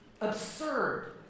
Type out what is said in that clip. absurd